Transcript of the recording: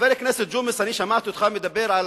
חבר הכנסת ג'ומס, אני שמעתי אותך מדבר על